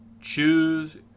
choose